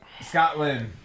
Scotland